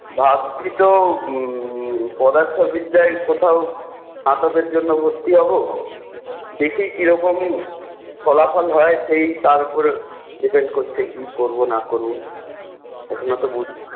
ভাবছি তো পদার্থ বিদ্যায় কোথাও স্নাতকের জন্য ভর্তি হব দেখি কিরকম ফলাফল হয় সেই তার ওপরে ডিপেন্ড করছে কি করব না করব এখনও তো বুঝতে